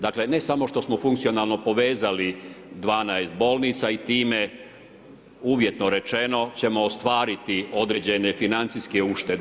Dakle, ne samo što smo funkcionalno povezali 12 bolnica i time uvjetno rečeno, ćemo ostvariti određene financijske uštede.